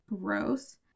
Gross